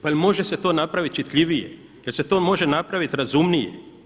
Pa jel' može se to napravit čitljivije, jel' se to može napravit razumnije?